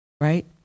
right